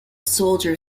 soldier